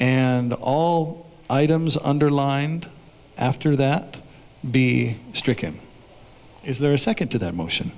and all items underlined after that be stricken is there a second to that motion